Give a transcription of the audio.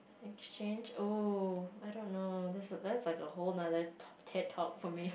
exchange oh I don't know that's that~ that's like a whole talk~ Ted Talk for me